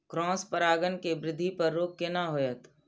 Cross परागण के वृद्धि पर रोक केना होयत?